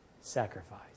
sacrifice